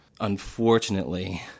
unfortunately